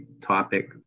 topic